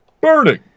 Burning